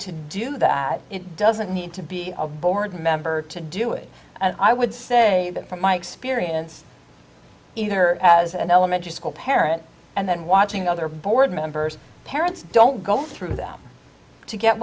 to do that it doesn't need to be a board member to do it and i would say that from my experience either as an elementary school parent and then watching other board members parents don't go through them to get